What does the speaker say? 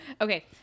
okay